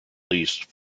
least